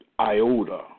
iota